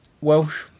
Welsh